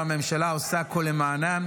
והממשלה עושה הכול למענם,